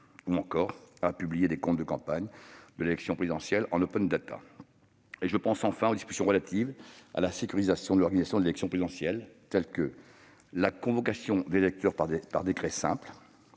reçus-dons ; publier les comptes de campagne de l'élection présidentielle en. Je pense enfin aux dispositions relatives à la sécurisation de l'organisation de l'élection présidentielle : convocation des électeurs par décret simple